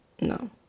no